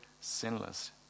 sinless